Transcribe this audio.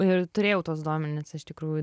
ir turėjau tuos duomenis iš tikrųjų